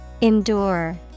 Endure